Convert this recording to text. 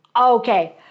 Okay